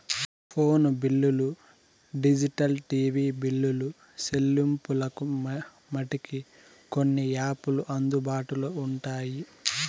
phone బిల్లులు digital TV బిల్లులు సెల్లింపులకు మటికి కొన్ని యాపులు అందుబాటులో ఉంటాయి